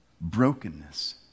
brokenness